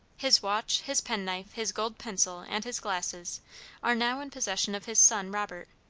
his watch, his penknife, his gold pencil, and his glasses are now in possession of his son robert.